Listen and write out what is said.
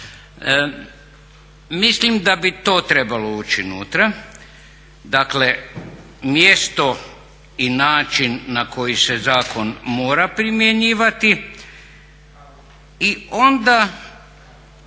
Mislim da bi to trebalo ući unutra, dakle mjesto i način na koji se zakon mora primjenjivati i onda